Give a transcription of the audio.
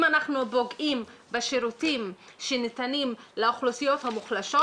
אם אנחנו פוגעים בשירותים שניתנים לאוכלוסיות המוחלשות,